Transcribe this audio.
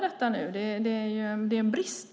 Det är en brist.